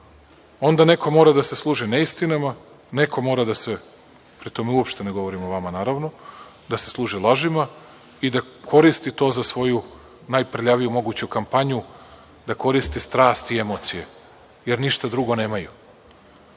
onda neko mora da se služi neistinama, neko mora da se, pri tom uopšte ne govorim o vama naravno, da se služi lažima i da koristi to za svoju najprljaviju moguću kampanju, da koriste strast i emocije, jer ništa drugo nemaju.I